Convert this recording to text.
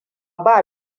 ba